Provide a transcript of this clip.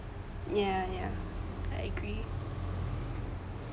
ya ya I agree